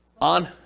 On